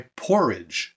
porridge